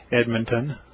Edmonton